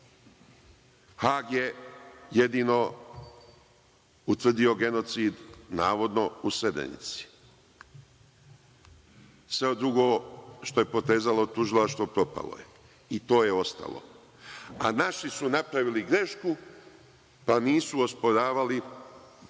Hag je jedino utvrdio genocid, navodno, u Srebrnici. Sve drugo što je potezalo tužilaštvo propalo je, i to je ostalo, a naši su napravili grešku, pa nisu osporavali